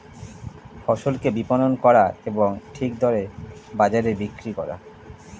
ফসলকে বিপণন করা এবং ঠিক দরে বাজারে বিক্রি করা